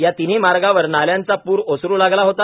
या तिन्ही मार्गावरील नाल्यांचा पूर ओसरु लागला होता